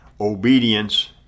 obedience